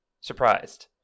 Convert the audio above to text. surprised